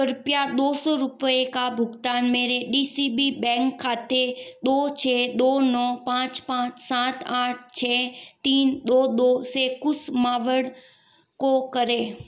कृपया दो सौ रुपये का भुगतान मेरे डी सी बी बैंक खाते दो छः दो नौ पाँच पाँच सात आठ छः तीन दो दो से कुश मावड को करें